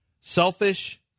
selfish